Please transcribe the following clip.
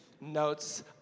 notes